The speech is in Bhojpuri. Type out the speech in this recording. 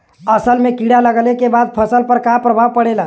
असल में कीड़ा लगने के बाद फसल पर क्या प्रभाव पड़ेगा?